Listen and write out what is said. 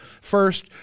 First